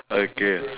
okay